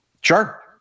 Sure